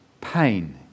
pain